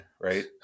Right